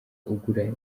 ugura